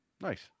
Nice